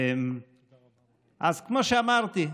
אז כמו שאמרתי,